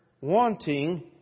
wanting